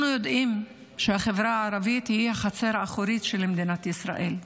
אנחנו יודעים שהחברה הערבית היא החצר האחורית של מדינת ישראל,